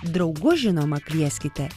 draugus žinoma kvieskite